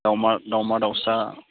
दाउमा दाउसा